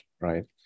right